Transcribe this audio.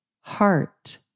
heart